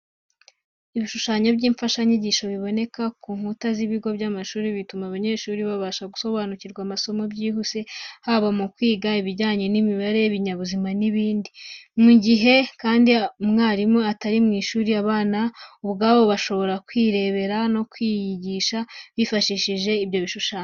Ibishushanyo by’imfashanyigisho biboneka ku nkuta z'ibigo by'amashuri, bituma abanyeshuri babasha gusobanukirwa amasomo byihuse haba mu kwiga ibijyanye n’imibare, ibinyabuzima n’ibindi. Mu gihe kandi umwarimu atari mu ishuri, abana ubwabo bashobora kwirebera no kwiyigisha bifashishije ibyo bishushanyo.